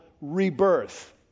rebirth